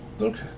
Okay